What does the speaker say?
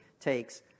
takes